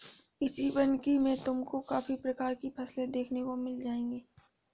कृषि वानिकी में तुमको काफी प्रकार की फसलें देखने को मिल जाएंगी